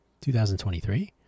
2023